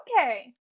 Okay